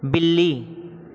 ਬਿੱਲੀ